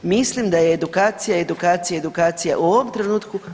Mislim da je edukacija, edukacija i edukacija u ovom trenutku.